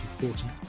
important